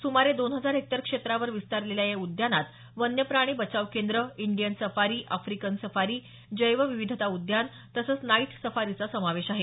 सुमारे दोन हजार हेक्टर क्षेत्रावर विस्तारलेल्या या उद्यानात वन्यप्राणी बचाव केंद्र इंडियन सफारी आफ्रिकन सफारी जैवविविधता उद्यान तसंच नाईट सफारीचा समावेश आहे